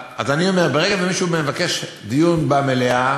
סעיף 51. אם סגן השר מציע להעביר לדיון בוועדה,